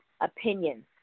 opinions